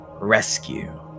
rescue